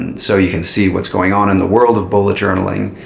and so you can see what's going on in the world of bullet journaling.